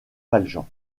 valjean